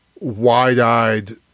wide-eyed